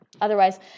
Otherwise